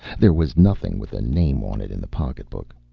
there was nothing with a name on it in the pocketbook.